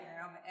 room